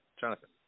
Jonathan